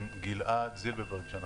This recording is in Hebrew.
לגבי גלעד זילברברג קודם כול,